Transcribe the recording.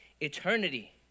eternity